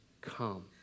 come